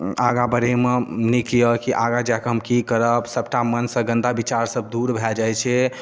आगा बढ़ैमे नीक यऽ कि आगा जाकऽ हम की करब सभटा मनसँ गन्दा विचार सभ दूर भए जाइ छै